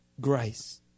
Grace